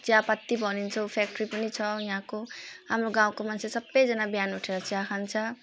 चियापत्ती बनिन्छ उ फ्याक्ट्री पनि छ यहाँको हाम्रो गाउँको मान्छे सबैजना बिहान उठेर चिया खान्छ